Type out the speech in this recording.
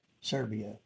Serbia